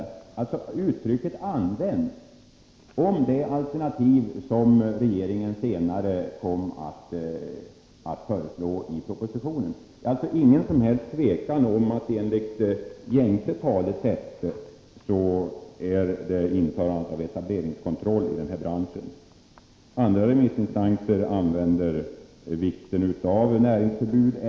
Ordet etableringskontroll används således om det alternativ som regeringen senare kom att föreslå i propositionen. Det råder därför inget tvivel om att det enligt gängse språkbruk är fråga om införande av etableringskontroll i fastighetsmäklarbranschen. Andra remissinstanser åter använder uttryck som ”vikten av näringsförbud”.